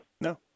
No